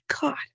God